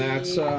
that's